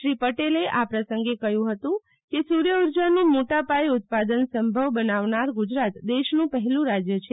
શ્રી પટેલે આ પ્રસંગે કહ્યું હતું કે સૂર્યઉર્જાનું મોટાપાયે ઉત્પાદન સંભવ બનાવનાર ગુજરાત દેશનું પહેલું રાજ્ય છે